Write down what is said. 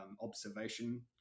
observation